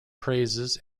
praises